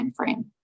timeframe